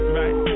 right